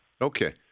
Okay